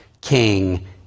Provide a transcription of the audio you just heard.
king